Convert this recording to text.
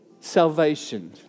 salvation